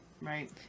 Right